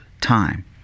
time